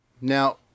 Now